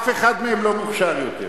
אף אחד מהם לא מוכשר יותר.